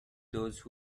those